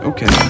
Okay